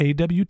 AWT